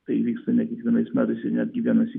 tai įvyksta ne kiekvienais metais ir netgi vienąsyk